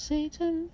Satan